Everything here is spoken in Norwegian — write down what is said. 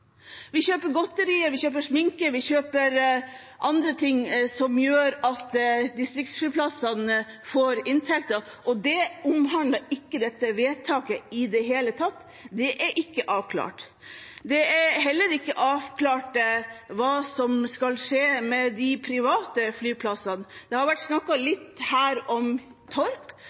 Vi kjøper godteri, sminke og andre ting som gjør at distriktsflyplassene får inntekter, og det omhandler dette vedtaket ikke i det hele tatt. Det er ikke avklart. Det er heller ikke avklart hva som skal skje med de private flyplassene. Det har vært snakket litt om Torp